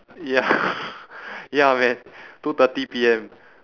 ya ya man two thirty P_M